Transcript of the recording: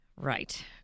Right